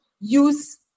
use